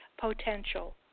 potential